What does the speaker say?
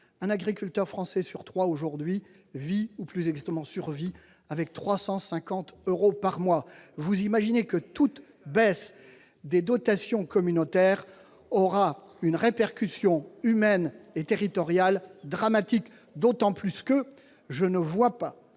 un agriculteur français sur trois vit aujourd'hui- ou plus exactement survit -avec 350 euros par mois. C'est inacceptable ! Vous imaginez que toute baisse des dotations communautaires aura une répercussion humaine et territoriale dramatique, d'autant que je ne vois pas